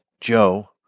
Joe